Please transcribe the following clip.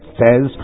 says